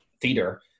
theater